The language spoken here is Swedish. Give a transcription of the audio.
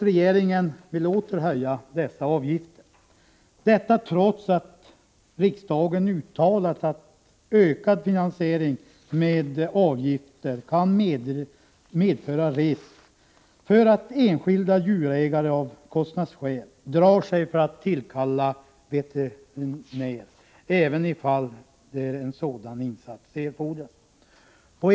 Regeringen vill åter höja dessa avgifter, trots att riksdagen uttalat att ökad finansiering med avgifter kan medföra risk för att enskilda djurägare av kostnadsskäl drar sig för att tillkalla veterinär, även i fall där en sådan insats erfordras.